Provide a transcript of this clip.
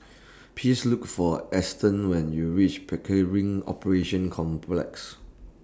Please Look For Easton when YOU REACH Pickering Operations Complex